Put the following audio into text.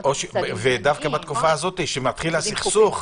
-- ודווקא בתקופה הזו שמתחיל תקופת הסכסוך,